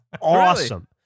Awesome